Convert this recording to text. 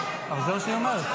אבל זה מה שהיא אומרת.